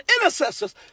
intercessors